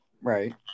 Right